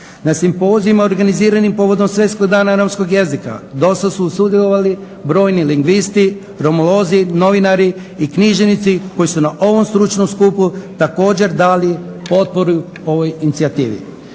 Na simpozijima organiziranim povodom Svjetskog dana romskog jezika dosad su sudjelovali brojni lingvisti, romolozi, novinari i književnici koji su na ovom stručnom skupu također dali potporu ovoj inicijativi.